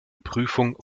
prüfung